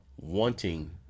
wanting